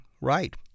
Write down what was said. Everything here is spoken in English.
right